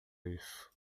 isso